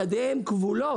ידיהם כבולות.